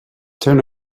turn